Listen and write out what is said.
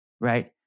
right